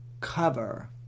cover